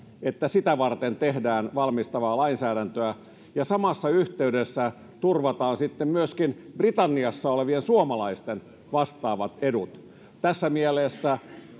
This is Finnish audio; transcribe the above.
niin sitä varten tehdään valmistavaa lainsäädäntöä ja samassa yhteydessä turvataan sitten myöskin britanniassa olevien suomalaisten vastaavat edut tässä mielessä